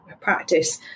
practice